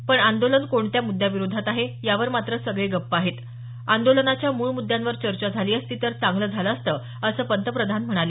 पण आंदोलन कोणत्या मुद्याविरोधात आहे यावर मात्र सगळे गप्प आहेत आंदोलनाच्या मूळ मुद्द्यांवर चर्चा झाली असती तर चांगलं झालं असतं असं पंतप्रधान म्हणाले